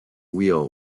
wheel